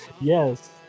Yes